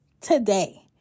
today